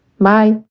Bye